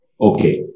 okay